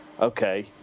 okay